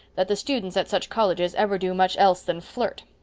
that the students at such colleges ever do much else than flirt.